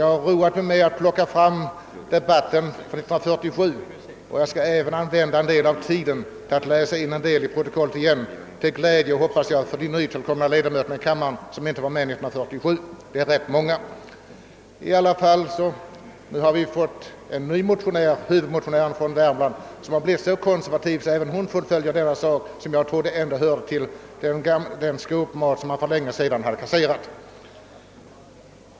Jag har roat mig med att plocka fram debattprotokollet från år 1947, och jag skall använda en del av min tid till att läsa in en del av den debatten i protokollet, till glädje, hoppas jag, för de nytillkomna ledamöterna i kammaren, som inte var med 1947 — det är rätt många. Nu har vi fått en ny huvudmotionär från Värmland, och hon har blivit så konservativ att hon fullföljer denna sak, som jag trodde tillhörde den skåpmat som man för länge sedan hade kasserat.